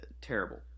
terrible